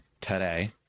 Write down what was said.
today